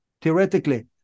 theoretically